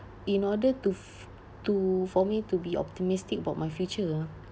in order to f~ to for me to be optimistic about my future ah